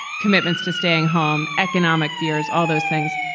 commitments to staying home. economic fears, all those things.